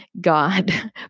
God